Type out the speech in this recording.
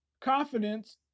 confidence